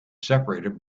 separated